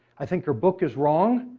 i think her book is wrong,